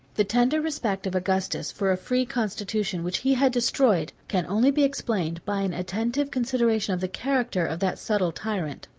the tender respect of augustus for a free constitution which he had destroyed, can only be explained by an attentive consideration of the character of that subtle tyrant.